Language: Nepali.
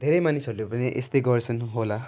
धेरै मानिसहरूले पनि यस्तै गर्छन् होला